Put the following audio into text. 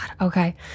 okay